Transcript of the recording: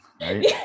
right